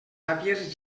àvies